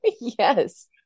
yes